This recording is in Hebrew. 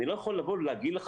אני לא יכול לבוא ולהגיד לך,